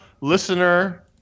listener